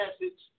message